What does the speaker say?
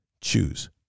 Choose